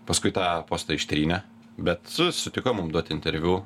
paskui tą postą ištrynė bet su sutiko mum duot interviu